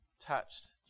touched